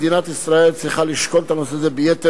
מדינת ישראל צריכה לשקול את הנושא הזה ביתר